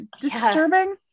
disturbing